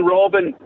Robin